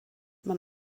man